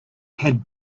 had